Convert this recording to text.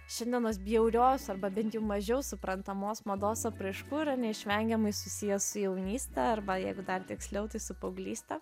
šiandienos bjaurios arba bent jau mažiau suprantamos mados apraiškų yra neišvengiamai susiję su jaunyste arba jeigu dar tiksliau tai su paauglyste